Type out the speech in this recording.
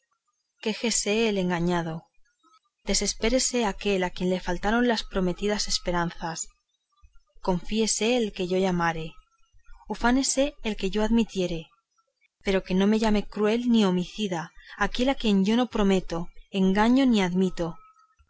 quéjese el engañado desespérese aquel a quien le faltaron las prometidas esperanzas confíese el que yo llamare ufánese el que yo admitiere pero no me llame cruel ni homicida aquel a quien yo no prometo engaño llamo ni admito